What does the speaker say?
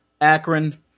Akron